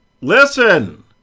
listen